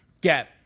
get